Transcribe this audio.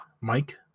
Mike